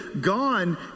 gone